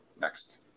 Next